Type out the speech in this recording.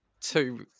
two